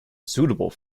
suitable